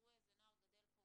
תראו איזה נוער גדל פה,